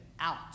out